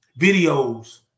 videos